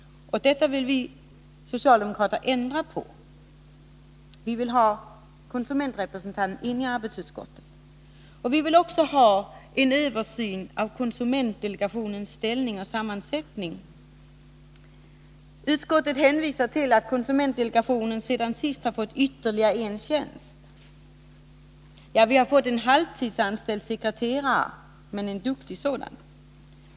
Detta vill vi socialdemokrater ändra på. Vi vill ha in konsumentrepresentanterna i arbetsutskotten. Vi vill också ha en översyn av konsumentdelegationens ställning och sammansättning. Utskottet hänvisar till att konsumentdelegationen sedan frågan senast behandlades har fått ytterligare en tjänst. Ja, vi har fått en halvtidsanställd sekreterare — men en duktig sådan.